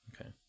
okay